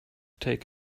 take